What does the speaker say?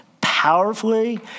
Powerfully